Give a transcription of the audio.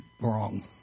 wrong